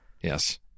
yes